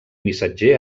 missatger